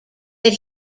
that